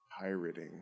pirating